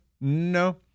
No